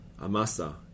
Amasa